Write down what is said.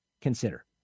consider